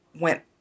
went